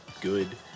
good